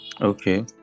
okay